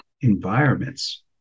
environments